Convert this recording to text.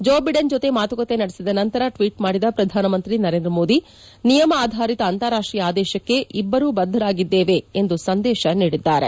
ಜೋ Biden ಜತೆ ಮಾತುಕತೆ ನಡೆಸಿದ ನಂತರ ಟ್ವೀಟ್ ಮಾಡಿದ ಪ್ರಧಾನಮಂತ್ರಿ ನರೇಂದ್ರ ಮೋದಿ ನಿಯಮ ಆಧಾರಿತ ಅಂತಾರಾಷ್ಟೀಯ ಆದೇಶಕ್ಕೆ ಇಬ್ಬರೂ ಬದ್ದರಾಗಿದ್ದೇವೆ ಎಂದು ಸಂದೇಶ ನೀಡಿದ್ದಾರೆ